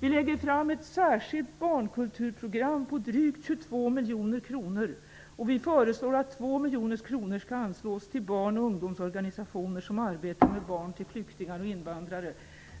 Vi lägger fram ett särskilt barnkulturprogram på drygt 22 miljoner kronor och föreslår att 2 miljoner kronor skall anslås till barn och ungdomsorganisationer som arbetar med barn till flyktingar och invandrare.